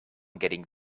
getting